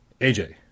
aj